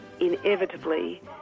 inevitably